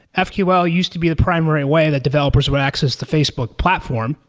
ah fql used to be the primary way that developers would access the facebook platform,